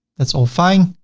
that's all fine,